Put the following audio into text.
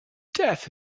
death